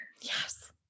Yes